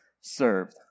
served